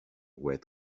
wet